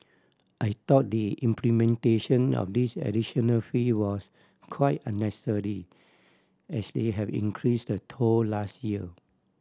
I thought the implementation of this additional fee was quite unnecessary as they have increase the toll last year